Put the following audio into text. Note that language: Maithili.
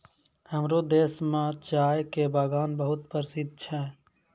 हमरो देश मॅ चाय के बागान बहुत प्रसिद्ध छै